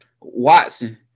Watson